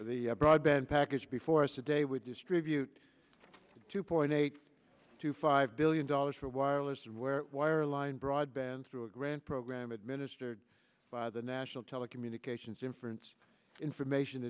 the broadband package before us today would distribute two point eight to five billion dollars for wireless and where wireline broadband through a grant program administered by the national telecommunications inference information